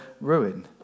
ruin